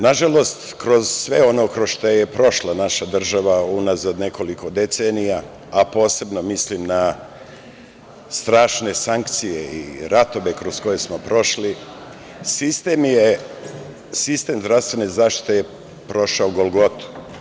Na žalost, kroz sve ono kroz šta je prošla naša država unazad nekoliko decenija, a posebno mislim na strašne sankcije i ratove kroz koje smo prošli, sistem zdravstvene zaštite je prošao golgotu.